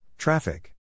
Traffic